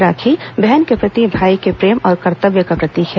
राखी बहन के प्रति भाई के प्रेम और कर्तव्य का प्रतीक है